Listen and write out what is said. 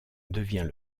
devient